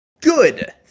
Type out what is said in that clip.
Good